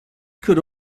could